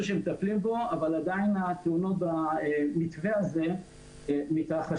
שמטפלים בו אבל עדיין תאונות במתווה הזה מתרחשות.